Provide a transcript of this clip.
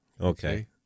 Okay